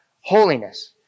holiness